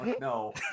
no